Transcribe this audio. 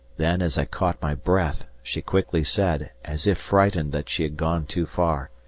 then, as i caught my breath, she quickly said, as if frightened that she had gone too far,